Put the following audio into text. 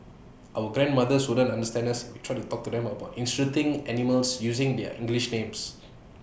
our grandmothers wouldn't understand us if we tried to talk to them about interesting animals using their English names